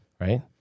right